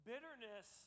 Bitterness